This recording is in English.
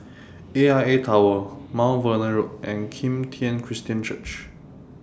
AIA Tower Mount Vernon Road and Kim Tian Christian Church